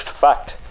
fact